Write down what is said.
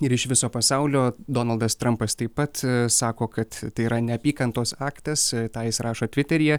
ir iš viso pasaulio donaldas trampas taip pat sako kad tai yra neapykantos aktas tą jis rašo tviteryje